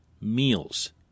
meals